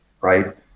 right